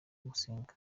musinga